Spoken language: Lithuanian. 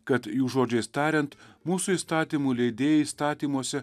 kad jų žodžiais tariant mūsų įstatymų leidėjai įstatymuose